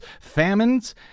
famines